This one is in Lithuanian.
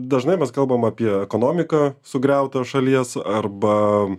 dažnai mes kalbam apie ekonomiką sugriautą šalies arba